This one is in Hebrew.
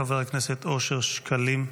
חבר הכנסת אושר שקלים.